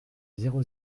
zéro